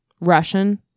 russian